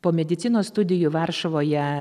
po medicinos studijų varšuvoje